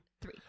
Three